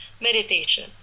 meditation